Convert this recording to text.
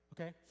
Okay